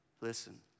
Listen